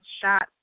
shots